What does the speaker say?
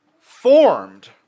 formed